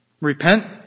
repent